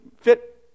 fit